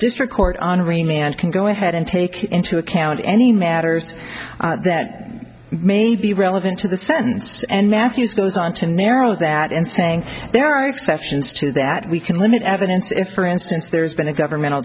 district court henri man can go ahead and take into account any matters that may be relevant to the sentence and matthews goes on to narrow that in saying there are exceptions to that we can limit evidence if for instance there's been a governmental